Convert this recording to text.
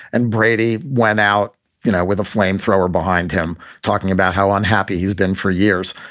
and brady went out you know with a flamethrower behind him talking about how unhappy he's been for years.